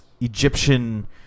Egyptian